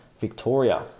Victoria